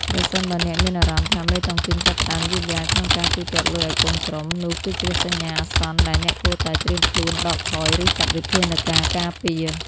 ប្រសិនបើអ្នកមានអារម្មណ៍ថា "មេតុងទីនចាប់ផ្ដើមយឺតយ៉ាវក្នុងការទូទាត់លុយឱ្យកូនក្រុម" នោះគឺជាសញ្ញាអាសន្នដែលអ្នកគួរតែត្រៀមខ្លួនដកថយ ឬចាត់វិធានការការពារ។